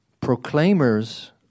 Proclaimers